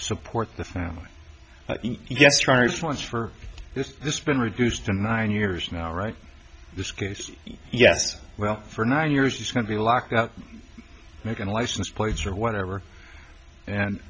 support the family yes trying to transfer this this been reduced to nine years now right this case yes well for nine years he's going to be locked out making license plates or whatever and